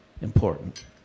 important